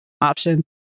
option